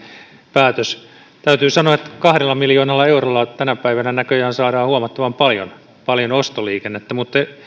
päätös täytyy sanoa että kahdella miljoonalla eurolla tänä päivänä näköjään saadaan huomattavan paljon paljon ostoliikennettä mutta